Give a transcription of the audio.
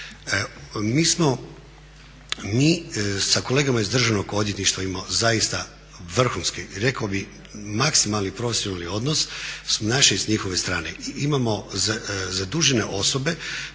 Mi sa kolegama iz Državnog odvjetništva imamo zaista vrhunski, rekao bih maksimalni profesionalni odnos s naše i s njihove strane. Imamo zadužene osobe